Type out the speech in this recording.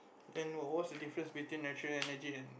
and what's the difference between natural energy and